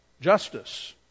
justice